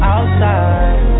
Outside